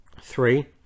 three